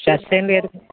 stress ఏమి లేదు కదా